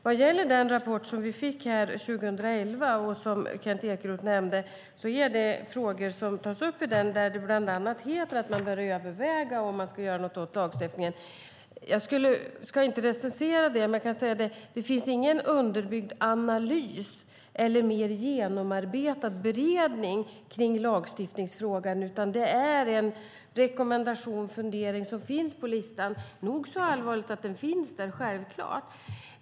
Vad gäller den rapport vi fick 2011 och som Kent Ekeroth nämnde är det frågor som tas upp i den där det bland annat heter att man bör överväga om man ska göra något åt lagstiftningen. Jag ska inte recensera det, men jag kan säga att det inte finns någon underbyggd analys eller mer genomarbetad beredning kring lagstiftningsfrågan, utan det är en rekommendation och en fundering som finns på listan. Det är självklart nog så allvarligt att den finns där.